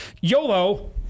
yolo